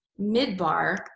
midbar